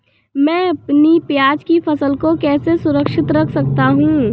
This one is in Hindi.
मैं अपनी प्याज की फसल को कैसे सुरक्षित रख सकता हूँ?